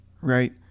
right –